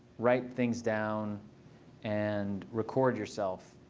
write things down and record yourself.